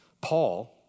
Paul